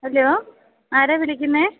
hello ആരാ വിളിക്കുന്നത്